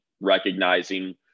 recognizing